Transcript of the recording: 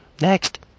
Next